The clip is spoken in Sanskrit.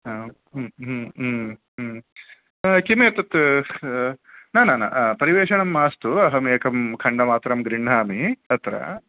ह हु हु हु हु ह किमेतत् नन न परिवेषणं मास्तु अहमेकं खण्डमात्रं गृह्णामि अत्र